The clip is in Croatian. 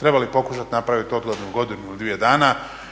trebali pokušati napraviti odgodnu godinu ili dvije dana